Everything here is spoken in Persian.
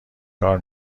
بکار